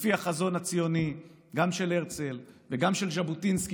לפי החזון הציוני גם של הרצל וגם של ז'בוטינסקי,